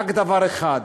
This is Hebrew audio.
זה רק דבר אחד: